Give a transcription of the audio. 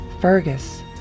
Fergus